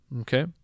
Okay